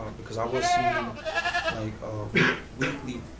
because i was seeing him like weekly,